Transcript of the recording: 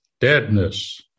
deadness